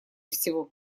всего